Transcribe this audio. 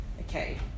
Okay